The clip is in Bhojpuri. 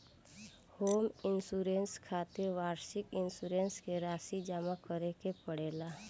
होम इंश्योरेंस खातिर वार्षिक इंश्योरेंस के राशि जामा करे के पड़ेला